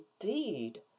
indeed